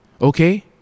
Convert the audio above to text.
Okay